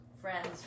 friends